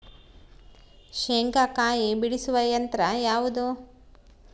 ಶೇಂಗಾಕಾಯಿ ಬಿಡಿಸುವ ಯಂತ್ರ ಯಾವುದು?